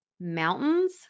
mountains